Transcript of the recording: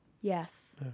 Yes